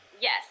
Yes